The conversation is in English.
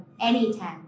anytime